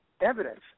evidence